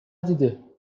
ندیده